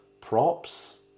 Props